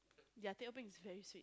their teh O bing is very sweet